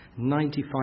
95%